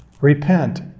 repent